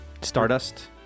Stardust